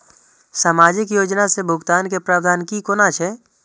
सामाजिक योजना से भुगतान के प्रावधान की कोना छै?